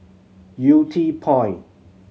Yew Tee Point